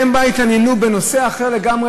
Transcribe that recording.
הם התעניינו בנושא אחר לגמרי,